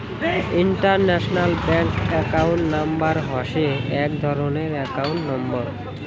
international bank account number হসে এক ধরণের একাউন্ট নম্বর